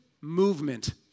movement